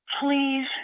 Please